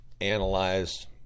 analyze